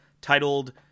titled